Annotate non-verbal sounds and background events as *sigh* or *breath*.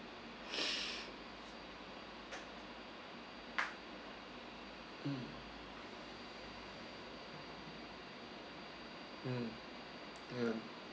*breath* mm mm yeah